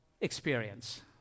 experience